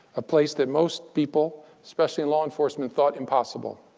a place that most people, especially in law enforcement, thought impossible.